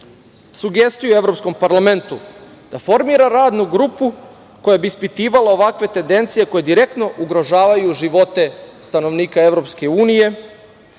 sugestiju Evropskom parlamentu da formira radnu grupu koja bi ispitivala ovakve tendencije koje direktno ugrožavaju živote stanovnika EU, posebno